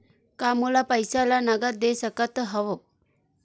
का मोला पईसा ला नगद दे सकत हव?